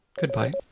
Goodbye